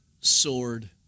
sword